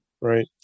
right